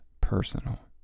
personal